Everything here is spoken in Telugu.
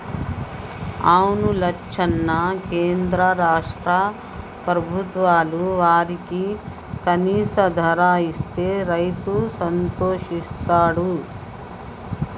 అవును లచ్చన్న కేంద్ర రాష్ట్ర ప్రభుత్వాలు వారికి కనీస ధర ఇస్తే రైతు సంతోషిస్తాడు